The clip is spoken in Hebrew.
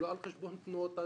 לא על חשבון תנועות הנוער,